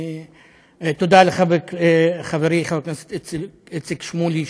תודה לך חברי חבר הכנסת איציק שמולי,